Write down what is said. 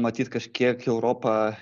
matyt kažkiek europa